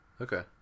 Okay